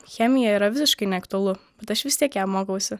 chemija yra visiškai neaktualu bet aš vis tiek ją mokausi